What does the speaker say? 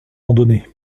randonnées